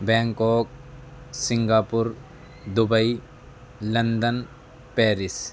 Bangkok Singapore Dubai London Paris